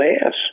ass